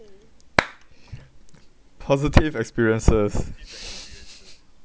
positive experiences